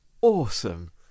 awesome